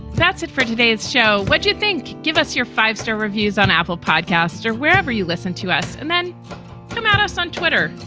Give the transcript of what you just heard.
that's it for today's show. what do you think? give us your five star reviews on apple podcast or wherever you listen listen to us and then come at us on twitter.